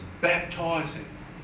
baptizing